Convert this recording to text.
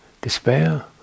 despair